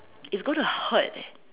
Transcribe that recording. it's gonna hurt eh